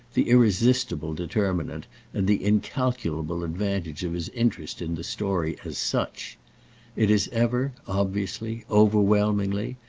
the irresistible determinant and the incalculable advantage of his interest in the story as such it is ever, obviously, overwhelmingly,